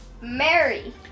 Mary